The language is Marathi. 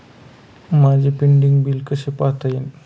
माझे पेंडींग बिल कसे पाहता येईल?